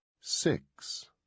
Six